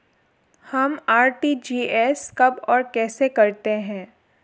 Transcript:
हम आर.टी.जी.एस कब और कैसे करते हैं?